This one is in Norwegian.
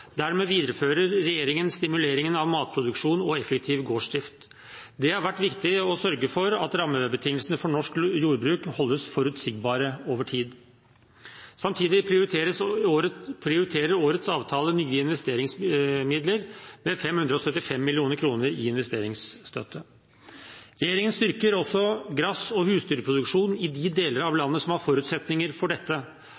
Dermed viderefører regjeringen stimuleringen av matproduksjon og effektiv gårdsdrift. Det har vært viktig å sørge for at rammebetingelsene for norsk jordbruk holdes forutsigbare over tid. Samtidig prioriterer årets avtale nye investeringsmidler med 575 mill. kr i investeringsstøtte. Regjeringen styrker også gress- og husdyrproduksjon i de deler av